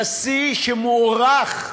נשיא שמוערך,